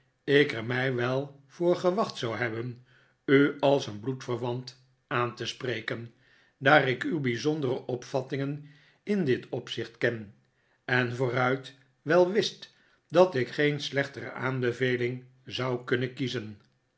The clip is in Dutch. ik er mij wel voor gewacht zou hebben u als een bloedverwant aan te spreken daar ik uw btjzondere opvattingen in dit opzicht ken en vooruit wel wist dat ik geen slechtere aanbeveling zou kunnen kiezen